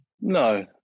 No